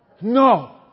No